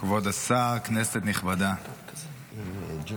כבוד השר, כנסת נכבדה, אני רוצה